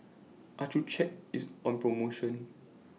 Accucheck IS on promotion